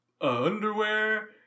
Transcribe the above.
underwear